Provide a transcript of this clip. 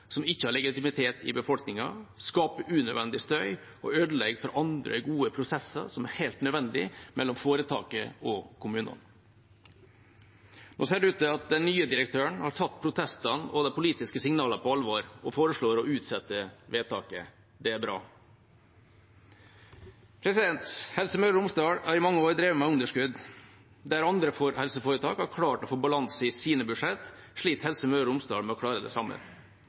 som ikke har legitimitet i befolkningen, skaper unødvendig støy og ødelegger for andre gode prosesser som er helt nødvendige mellom foretaket og kommunene. Nå ser det ut til at den nye direktøren har tatt protestene og de politiske signalene på alvor og foreslår å utsette vedtaket. Det er bra. Helse Møre og Romsdal har i mange år drevet med underskudd. Der andre helseforetak har klart å få balanse i sine budsjetter, sliter Helse Møre og Romsdal med å klare det